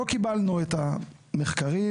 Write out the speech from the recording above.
לא קיבלנו את המחקרים,